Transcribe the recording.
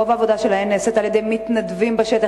רוב העבודה שלהם נעשית על-ידי מתנדבים בשטח.